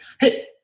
hey